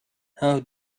how